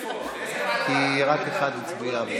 כי רק אחד הצביע.